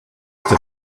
der